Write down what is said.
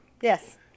Yes